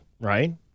Right